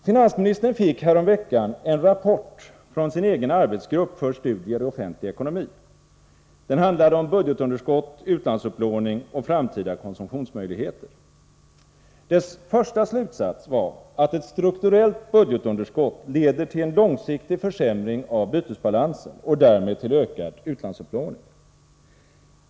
Finansministern fick häromveckan en rapport från sin egen arbetsgrupp för studier i offentlig ekonomi. Den handlade om budgetunderskott, utlandsupplåning och framtida konsumtionsmöjligheter. Dess första slutsats var att ett strukturellt budgetunderskott leder till en långsiktig försämring av bytesbalansen och därmed till ökad utlandsupplåning.